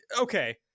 Okay